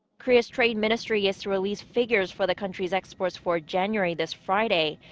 korea's trade ministry is to release figures for the country's exports for january this friday.